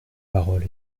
parole